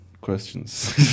questions